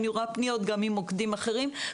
אני רואה פניות גם ממוקדים אחרים,